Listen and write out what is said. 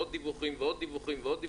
עוד דיווחים, ועוד דיווחים?